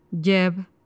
Jeb